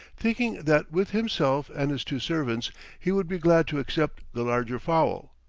thinking that with himself and his two servants he would be glad to accept the larger fowl.